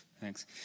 Thanks